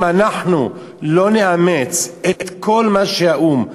אם אנחנו לא נאמץ את כל מה שהאו"ם אומר,